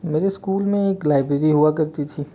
मेरे स्कूल में एक लाइब्रेरी हुआ करती थी